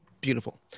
Beautiful